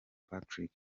patrick